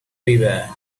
beware